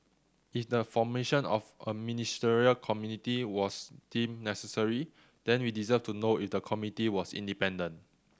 if the formation of a Ministerial Committee was deemed necessary then we deserve to know if the committee was independent